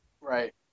Right